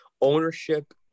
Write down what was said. Ownership